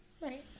right